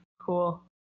Cool